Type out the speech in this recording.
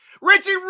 Richie